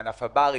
מענף הברים,